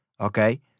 okay